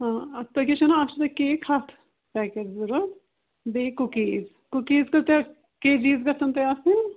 تُہۍ کیٛاہ چھُ وَنان اکھ چھُ تُہۍ کیک ہتھ پٮ۪کٮ۪ٹ ضوٚرتھ بیٚیہِ کُکیٖز کُکیٖز کۭتیاہ کے جیٖز گَژھن تُہۍ آسٕنۍ